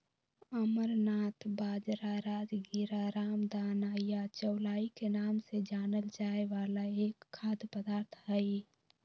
amaranth बाजरा, राजगीरा, रामदाना या चौलाई के नाम से जानल जाय वाला एक खाद्य पदार्थ हई